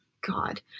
god